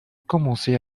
commencer